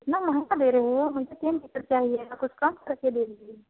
इतना महंगा दे रही हो मुझे तीन टिकट चाहिए कुछ कम कर के दीजिए